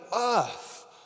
earth